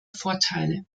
vorteile